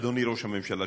אדוני ראש הממשלה,